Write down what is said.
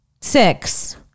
six